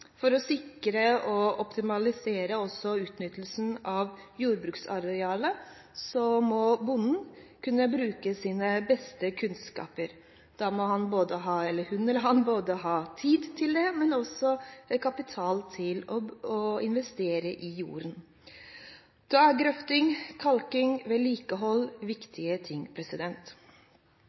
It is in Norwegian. For å sikre og optimalisere utnyttelsen av jordbruksarealet må bonden kunne bruke sine beste kunnskaper. Da må hun eller han både ha tid til det og kapital til å investere i jorden. Da er grøfting, kalking og vedlikehold viktige